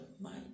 mind